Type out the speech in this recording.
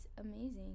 amazing